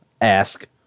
ask